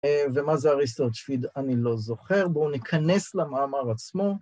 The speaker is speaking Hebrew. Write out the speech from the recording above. ומה זה אריסטו שמט אני לא זוכר, בואו ניכנס למאמר עצמו.